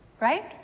right